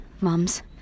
mums